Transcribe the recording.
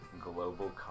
global